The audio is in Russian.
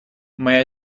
моя